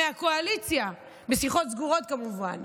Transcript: מהקואליציה, בשיחות סגורות, כמובן.